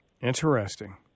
Interesting